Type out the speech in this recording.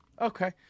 Okay